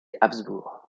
habsbourg